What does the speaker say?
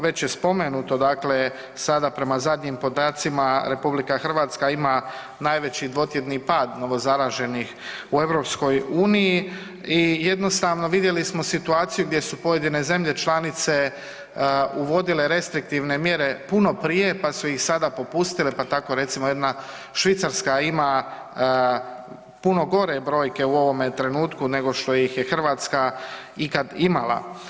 Već je spomenuto sada prema zadnjim podacima RH ima najveći dvotjedni pad novozaraženih u EU i jednostavno vidjeli smo situaciju gdje su pojedine zemlje članice uvodile restriktivne mjere puno prije, pa su ih sada popustile, pa tako recimo jedna Švicarska ima puno gore brojke u ovome trenutku nego što ih je Hrvatska ikad imala.